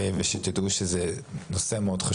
שתדעו שזה נושא מאוד,